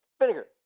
vinegar